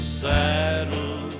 saddle